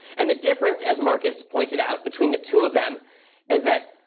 and the difference, as marcus pointed out, between the two of them is that,